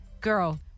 girl